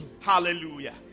hallelujah